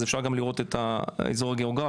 אז אפשר גם לראות את האזור הגאוגרפי,